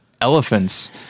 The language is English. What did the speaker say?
elephants